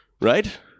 Right